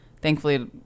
Thankfully